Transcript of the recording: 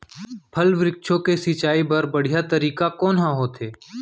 फल, वृक्षों के सिंचाई बर बढ़िया तरीका कोन ह होथे?